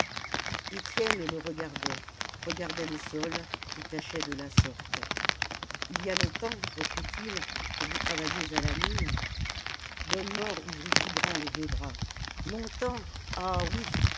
étienne le regardait regardait le sol qu'il tachait de la sorte il y a longtemps reprit-il que vous travaillez à la mine bonnemort ouvrit tout grands les deux bras longtemps ah oui